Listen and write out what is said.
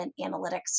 analytics